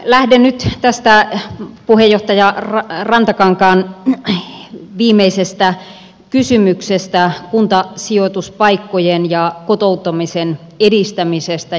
lähden nyt tästä puheenjohtaja rantakankaan viimeisestä kysymyksestä kuntasijoituspaikkojen ja kotouttamisen edistämisestä